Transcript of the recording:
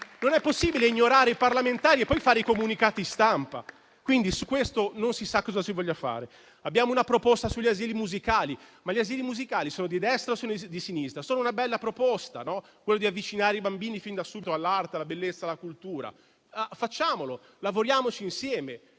non è possibile ignorare i parlamentari e poi fare i comunicati stampa. Su questo quindi non si sa cosa si voglia fare. Abbiamo una proposta sugli asili musicali. Gli asili musicali sono di destra o di sinistra? È una bella proposta quella di avvicinare i bambini fin da subito all'arte, alla bellezza, alla cultura; facciamolo, lavoriamoci insieme,